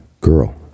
girl